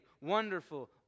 Wonderful